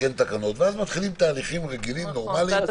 להתקין תקנות ואז מתחילים תהליכים רגילים ונורמליים.